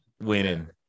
winning